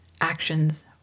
actions